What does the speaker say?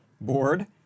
board